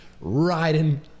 riding